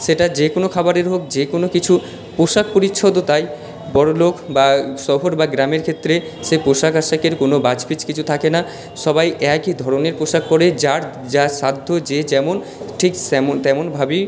সেটা যে কোনো খাবারের হোক যে কোনো কিছু পোশাক পরিচ্ছদও তাই বড়োলোক বা শহর বা গ্রামের ক্ষেত্রে সে পোশাক আশাকের কোনো বাছ পিছ কিছু থাকে না সবাই একই ধরণের পোশাক পরে যার যা সাধ্য যে যেমন ঠিক স্যামো তেমনভাবেই